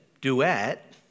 duet